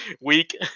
week